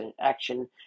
action